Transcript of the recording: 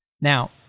Now